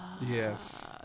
Yes